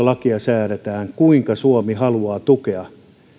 lakia säädetään kuinka suomi haluaa tukea